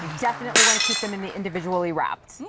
definitely want to keep them in the individually wrapped.